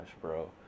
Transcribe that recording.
bro